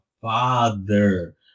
father